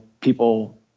people